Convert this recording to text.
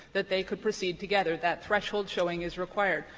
that they could proceed together. that threshold showing is required.